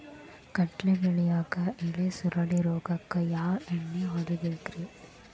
ಕಡ್ಲಿ ಬೆಳಿಯಾಗ ಎಲಿ ಸುರುಳಿ ರೋಗಕ್ಕ ಯಾವ ಎಣ್ಣಿ ಹೊಡಿಬೇಕ್ರೇ?